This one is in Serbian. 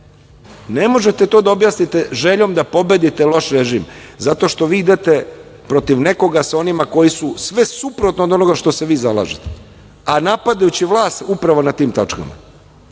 možete to da objasnite željom da pobedite loš režim, zato što vi idete protiv nekoga sa onima koji su sve suprotno od onoga što se vi zalažete, a napadajući vlast upravo na tim tačkama.